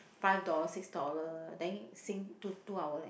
five dollar six dollar then sing two hour leh